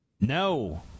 No